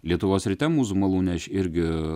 lietuvos ryte mūzų malūne aš irgi